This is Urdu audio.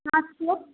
سات سو